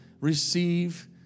receive